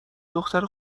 دختر